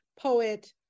poet